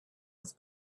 with